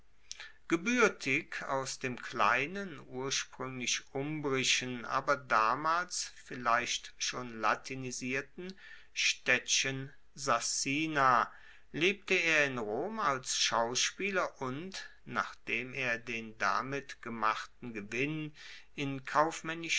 gebuertig aus dem kleinen urspruenglich umbrischen aber damals vielleicht schon latinisierten staedtchen sassina lebte er in rom als schauspieler und nachdem er den damit gemachten gewinn in kaufmaennischen